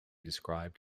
described